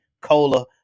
cola